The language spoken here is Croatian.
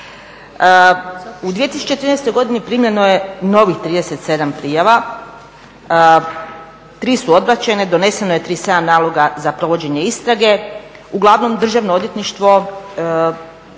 U 2013. primljeno je novih 37 prijava, 3 su odbačene, doneseno je 37 naloga za provođenje istrage, uglavnom državno odvjetništvo